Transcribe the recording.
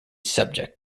subject